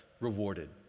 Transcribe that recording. rewarded